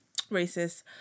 racist